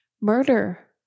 Murder